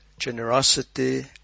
Generosity